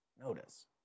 notice